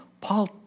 Paul